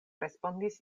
respondis